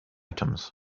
items